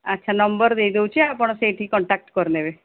ଆଚ୍ଛା ନମ୍ବର ଦେଇଦେଉଛି ଆପଣ ସେଇଟି କଣ୍ଟାକ୍ଟ କରିନେବେ